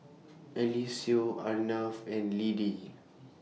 Eliseo Arnav and Lidie